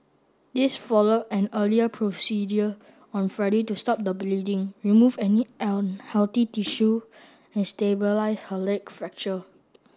this followed an earlier procedure on Friday to stop the bleeding remove any unhealthy tissue and stabilise her leg fracture